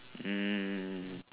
mm